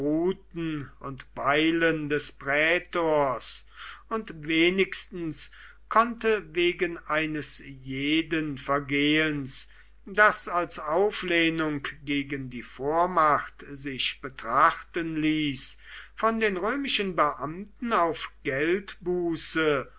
und beilen des prätors und wenigstens konnte wegen eines jeden vergehens das als auflehnung gegen die vormacht sich betrachten ließ von den römischen beamten auf geldbuße